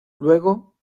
luego